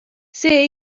see